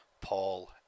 Paul